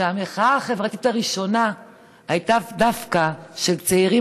שהמחאה החברתית הראשונה הייתה דווקא של צעירים